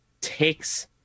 takes